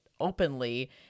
openly